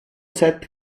set